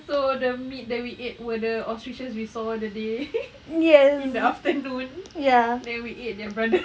so the meat that we ate were the ostriches we saw that day in the afternoon then we ate their brother